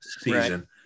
season